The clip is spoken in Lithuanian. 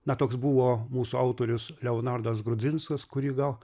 na toks buvo mūsų autorius leonardas grudzinskas kurį gal